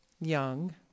young